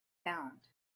sound